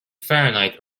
fahrenheit